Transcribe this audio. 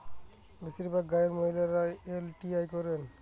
বেশিরভাগ গাঁয়ের মহিলারা এল.টি.আই করেন